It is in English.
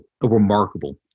remarkable